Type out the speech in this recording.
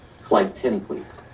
slide ten, please.